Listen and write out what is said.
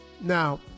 Now